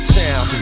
town